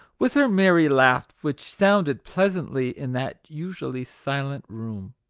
with her merry laugh, which sounded pleasantly in that usually silent room.